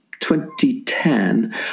2010